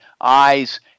eyes